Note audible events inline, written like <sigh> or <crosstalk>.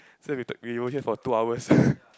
so we talk we were here for two hours <laughs>